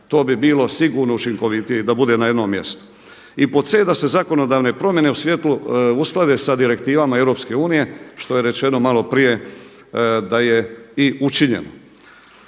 To bi bilo sigurno učinkovitije da bude na jednom mjestu. I pod c) da se zakonodavne promjene u svijetu usklade sa direktivama EU što je rečeno maloprije da je i učinjeno.